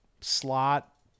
slot